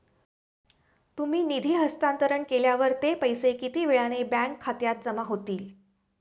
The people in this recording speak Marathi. तुम्ही निधी हस्तांतरण केल्यावर ते पैसे किती वेळाने बँक खात्यात जमा होतील?